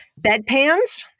Bedpans